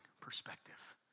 perspective